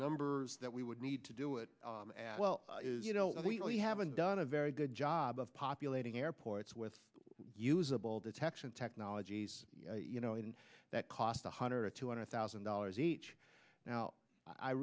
numbers that we would need to do it well you know we really haven't done a very good job of populating airports with usable detection technologies you know and that cost a hundred or two hundred thousand dollars each now i